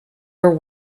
her